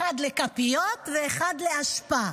אחת לכפיות ואחת לאשפה.